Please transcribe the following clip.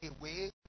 away